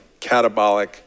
catabolic